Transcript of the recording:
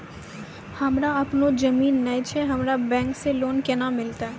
हमरा आपनौ जमीन नैय छै हमरा बैंक से लोन केना मिलतै?